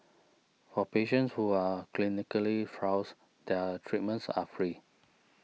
for patients who are clinically trials their treatments are free